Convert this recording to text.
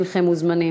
סעיף 1 נתקבל.